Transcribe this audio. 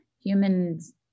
humans